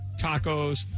tacos